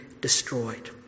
destroyed